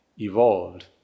evolved